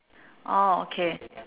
orh okay